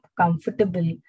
comfortable